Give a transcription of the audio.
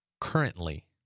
Currently